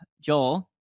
Joel